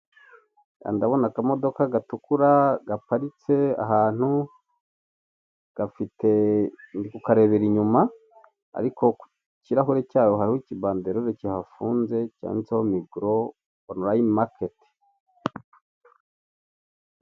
Ndabona akamodoka gatukura gaparitse ahantu gafite ndi kukarebera inyuma, ariko ku kirahure cyayo hariho ikibandelore kihafunze, cyanditseho migoro onulayini maketi.